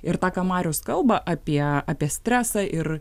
ir tą ką marius kalba apie apie stresą ir